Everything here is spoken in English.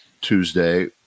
Tuesday